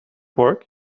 work